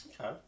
Okay